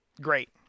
great